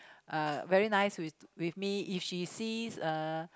uh very nice with with me if she sees uh